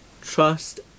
Trust